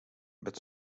but